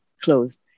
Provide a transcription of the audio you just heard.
closed